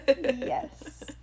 Yes